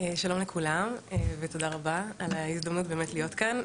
שלום לכולם ותודה רבה על ההזדמנות להיות כאן.